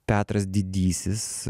petras didysis